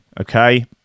okay